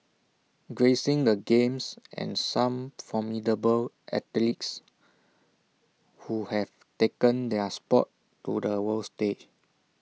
gracing the games are some formidable athletes who have taken their Sport to the world stage